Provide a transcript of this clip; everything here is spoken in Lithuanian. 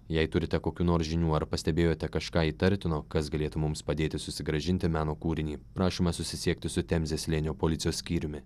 jei turite kokių nors žinių ar pastebėjote kažką įtartino kas galėtų mums padėti susigrąžinti meno kūrinį prašome susisiekti su temzės slėnio policijos skyriumi